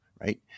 right